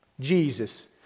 Jesus